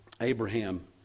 Abraham